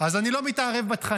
אז אני לא מתערב בתכנים,